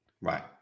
right